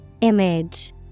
Image